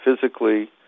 physically